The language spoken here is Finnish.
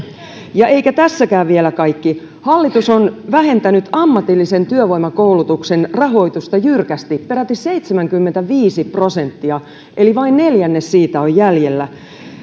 eikä tässäkään vielä kaikki hallitus on vähentänyt ammatillisen työvoimakoulutuksen rahoitusta jyrkästi peräti seitsemänkymmentäviisi prosenttia eli vain neljännes siitä on jäljellä